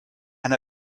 and